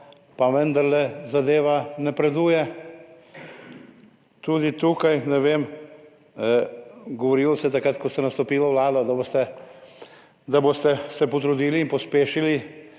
pa vendarle zadeva napreduje. Tudi tukaj ne vem, govorilo se je takrat, ko ste nastopili vlado, da se boste potrudili in pospešili